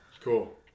Cool